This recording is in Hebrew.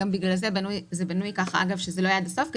זה בנוי ככה שזה לא יהיה עד הסוף.